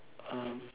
um